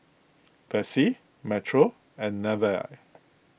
Vessie Metro and Nevaeh